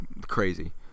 crazy